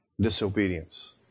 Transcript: disobedience